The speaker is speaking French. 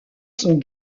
sont